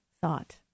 thought